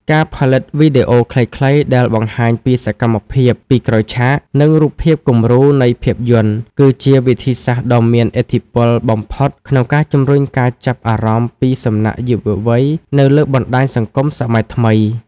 ការផលិតវីដេអូខ្លីៗដែលបង្ហាញពីសកម្មភាពពីក្រោយឆាក និងរូបភាពគំរូនៃភាពយន្ត គឺជាវិធីសាស្ត្រដ៏មានឥទ្ធិពលបំផុតក្នុងការជម្រុញការចាប់អារម្មណ៍ពីសំណាក់យុវវ័យនៅលើបណ្ដាញសង្គមសម័យថ្មី។